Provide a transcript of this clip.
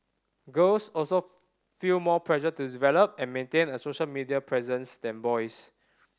girls also feel more pressure to develop and maintain a social media presence than boys